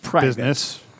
business